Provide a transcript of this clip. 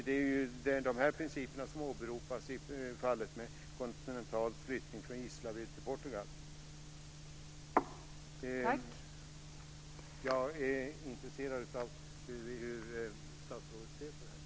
Det är ju de här principerna som åberopas i fallet med Continentals flyttning från Gislaved till Portugal. Jag är intresserad av att höra hur statsrådet ser på det.